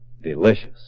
delicious